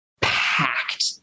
packed